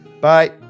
bye